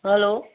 hello